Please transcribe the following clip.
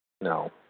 No